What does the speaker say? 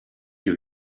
you